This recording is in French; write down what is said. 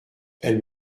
elle